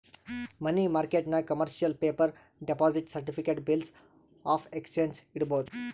ಮನಿ ಮಾರ್ಕೆಟ್ನಾಗ್ commercial paper, deposit certificate, bills of exchange ಇಡ್ಬೋದ್